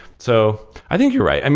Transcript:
so i think you're right.